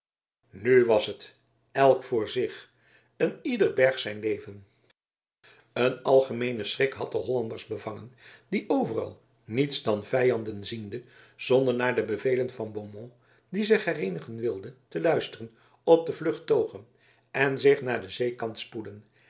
nu was het elck voor zich een ieder bergh zijn leven een algemeene schrik had de hollanders bevangen die overal niets dan vijanden ziende zonder naar de bevelen van beaumont die hen hereenigen wilde te luisteren op de vlucht togen en zich naar den zeekant spoedden